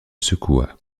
secoua